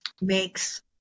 makes